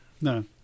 No